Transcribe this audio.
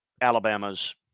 Alabama's